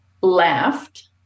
left